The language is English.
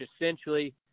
essentially